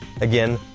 Again